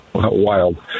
wild